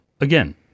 again